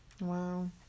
wow